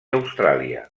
austràlia